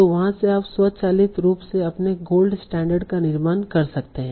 तो वहाँ से आप स्वचालित रूप से अपने गोल्ड स्टैण्डर्ड का निर्माण कर सकते हैं